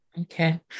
Okay